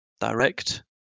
direct